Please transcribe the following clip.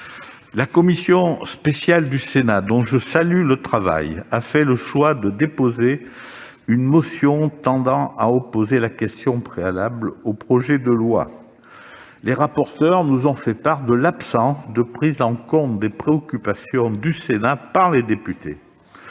La commission spéciale du Sénat, dont je salue le travail, a fait le choix de déposer une motion tendant à opposer la question préalable sur ce projet de loi. Les rapporteurs nous ont fait part de la non-prise en compte des préoccupations du Sénat par les députés.